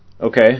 Okay